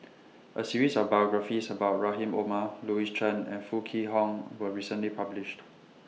A series of biographies about Rahim Omar Louis Chen and Foo Kwee Horng was recently published